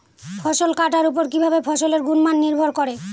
ফসল কাটার উপর কিভাবে ফসলের গুণমান নির্ভর করে?